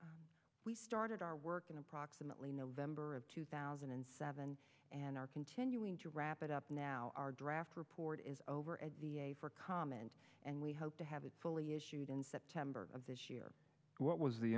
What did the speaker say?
date we started our work in approximately november of two thousand and seven and are continuing to wrap it up now our draft report is over at v a for comment and we hope to have it fully issued in september of this year what was the